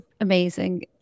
amazing